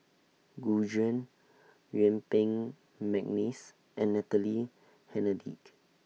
Gu Juan Yuen Peng Mcneice and Natalie Hennedige